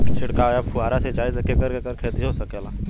छिड़काव या फुहारा सिंचाई से केकर केकर खेती हो सकेला?